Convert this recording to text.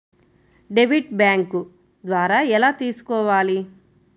Debit bank ద్వారా ఎలా తీసుకోవాలి?